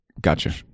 Gotcha